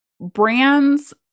brands